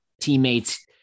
teammates